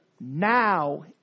now